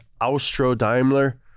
Austro-Daimler